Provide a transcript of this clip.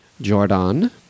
Jordan